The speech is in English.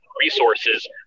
resources